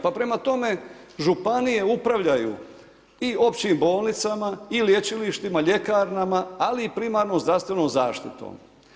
Pa prema tome, županije upravljaju i općim bolnicama i lječilištima i ljekarnama, ali i primarnom zdravstvenom zaštitu.